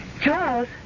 Charles